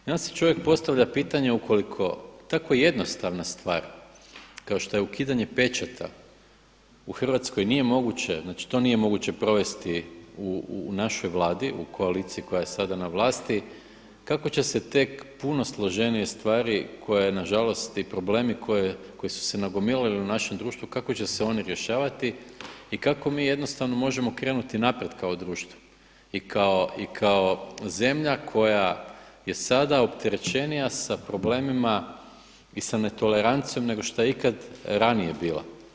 I onda si čovjek postavlja pitanje ukoliko tako jednostavna stvar kao što je ukidanje pečata u Hrvatskoj, znači nije moguće to provesti u našoj Vladi u koaliciji koja je sada na vlasti, kako će se tek puno složenije stvari koje nažalost i problemi koji su se nagomilali u našem društvu kako će se oni rješavati i kako mi jednostavno možemo krenuti naprijed kao društvo i kao zemlja koja je sada opterećenija sa problemima i sa netolerancijom nego što je ikad ranije bila.